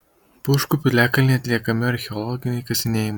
pūškų piliakalnyje atliekami archeologiniai kasinėjimai